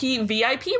VIP